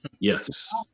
Yes